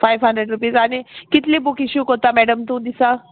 five hundred rupees आनी कितली book issue कोत्ता मॅडम तूं दिसा